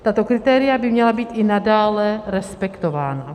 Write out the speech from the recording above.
Tato kritéria by měla být i nadále respektována.